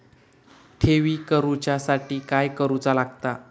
ठेवी करूच्या साठी काय करूचा लागता?